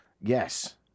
Yes